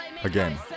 Again